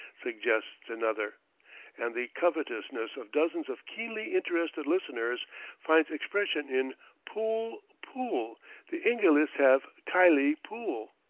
suggests another and the coveteousness of dozens of keenly interested listeners finds expression in pool, pool the ingilis have khylie pool.